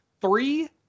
three